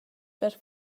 per